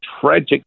tragic